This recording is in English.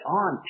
on